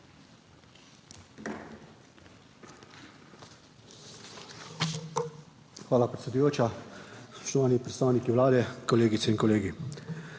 Hvala, predsedujoča. Spoštovani predstavniki Vlade, kolegice in kolegi!